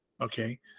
okay